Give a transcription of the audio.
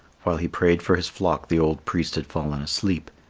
while he prayed for his flock the old priest had fallen asleep.